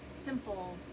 simple